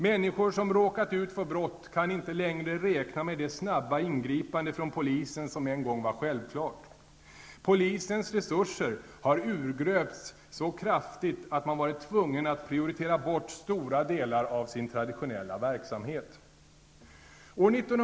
Människor som råkat ut för brott kan inte längre räkna med det snabba ingripande från polisen som en gång var självklart. Polisens resurser har urgröpts så kraftigt att man varit tvungen att prioritera bort stora delar av sin traditionella verksamhet.